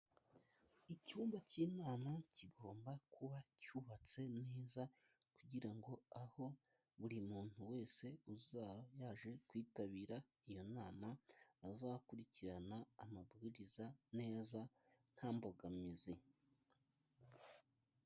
Icyumba cy'inama kigomba kuba cyubatse neza kugira ngo aho buri muntu wese uzaba yaje kwitabira iyo nama, azakurikirane amabwiriza neza nta mbogamizi.